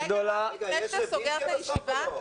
יש בסוף רביזיה או לא?